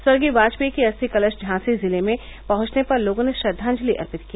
स्वर्गीय वाजपेयी की अस्थि कलश झांसी जिले में पहुंचने पर लोगों ने श्रद्दाजंति अर्पित किया